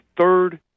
third